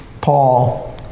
Paul